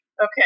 Okay